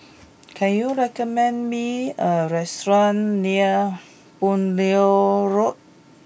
can you recommend me a restaurant near Begonia Road